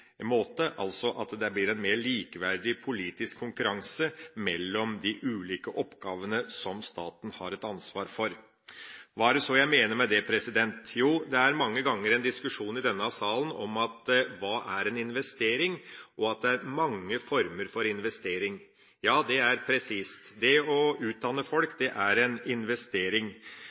likeverdig måte, altså at det blir en mer likeverdig politisk konkurranse mellom de ulike oppgavene som staten har et ansvar for. Hva er det så jeg mener med det? Jo, det er mange ganger en diskusjon i denne salen om hva en investering er, og at det er mange former for investering. Ja, det er presist. Det å utdanne folk er en investering.